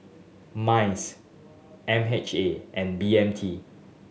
MICE M H A and B M T